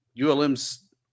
ULM's